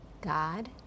God